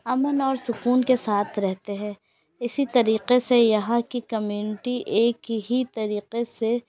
امن اور سکون کے ساتھ رہتے ہیں اسی طریقے سے یہاں کی کمیونٹی ایک ہی طریقے سے